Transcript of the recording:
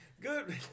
good